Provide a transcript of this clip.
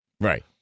Right